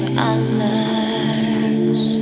colors